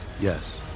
Yes